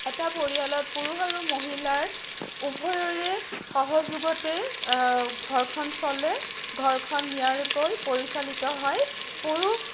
এটা পৰিয়ালত পুৰুষ আৰু মহিলাৰ উভয়ৰে সহযোগতে ঘৰখন চলে ঘৰখন নিয়াৰিকৈ পৰিচালিত হয় পুৰুষ